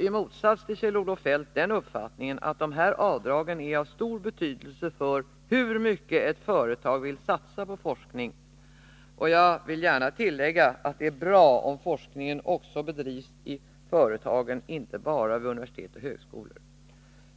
I motsats till Kjell-Olof Feldt har jag den uppfattningen att forskningsavdragen har stor betydelse för hur mycket ett företag vill satsa på forskning, och jag vill gärna tillägga att det är bra om forskning också bedrivs i företagen och inte bara vid universitet och högskolor.